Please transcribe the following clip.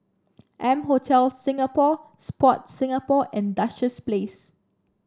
M Hotel Singapore Sport Singapore and Duchess Place